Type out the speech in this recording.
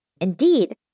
Indeed